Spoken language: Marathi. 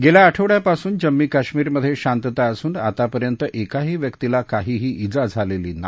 गेल्या आठवडयापासून जम्मू कश्मीरमधे शांतता असून आतापर्यंत एकाही व्यक्तीला काहीही जा झालेली नाही